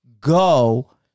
Go